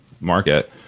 market